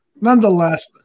Nonetheless